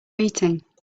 meeting